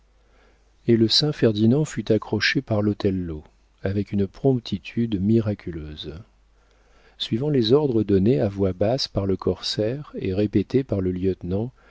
et le saint ferdinand fut accroché par l'othello avec une promptitude miraculeuse suivant les ordres donnés à voix basse par le corsaire et répétés par le lieutenant